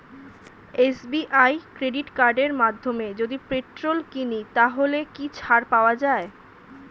SBI credit কার্ডের মাধ্যমে যদি পেট্রোল কিনি তাহলে কি ছাড় পাওয়া যায়?